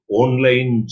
online